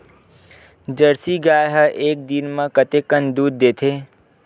Jersey गाय ह एक दिन म कतेकन दूध देथे?